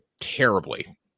terribly